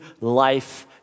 life